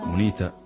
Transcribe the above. Unita